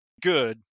good